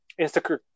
Instagram